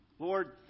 Lord